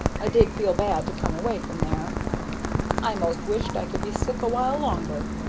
i did feel bad to come away from there i most wished i could be sick a while longer.